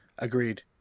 agreed